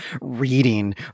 reading